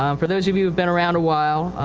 um for those of you whoive been around a while.